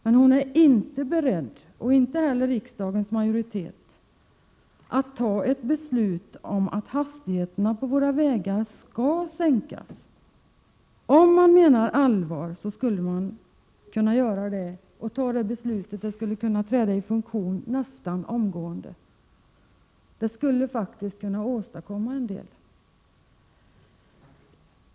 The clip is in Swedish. Men Birgitta Dahl är inte beredd, vilket inte heller riksdagens majoritet är, att fatta ett beslut om att hastigheterna på vägarna skall sänkas. Om man menar allvar skulle man kunna fatta ett beslut som träder i funktion nästan omgående. Det skulle kunna åstadkomma en del.